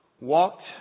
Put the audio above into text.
walked